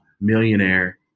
millionaire